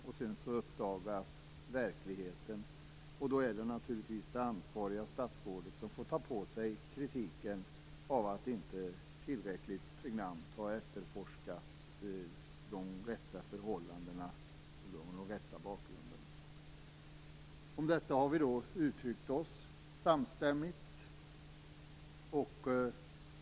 Därefter har verkligheten uppdagats, och då har det naturligtvis varit det ansvariga statsrådet som har fått ta på sig kritiken för att inte tillräckligt pregnant ha efterforskat de rätta förhållandena och de rätta bakgrunderna. Om detta har vi i utskottet uttryckt oss samstämmigt.